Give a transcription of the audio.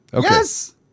Yes